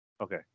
Okay